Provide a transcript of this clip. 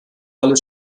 alle